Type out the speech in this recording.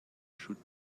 should